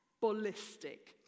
ballistic